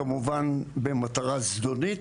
כמובן, במטרה זדונית,